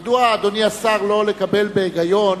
מדוע, אדוני השר, לא לקבל, בהיגיון,